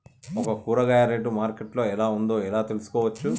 ఒక కూరగాయ rate market లో ఎలా ఉందో ఎలా తెలుసుకోవచ్చు?